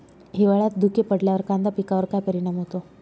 हिवाळ्यात धुके पडल्यावर कांदा पिकावर काय परिणाम होतो?